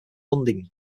funding